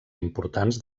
importants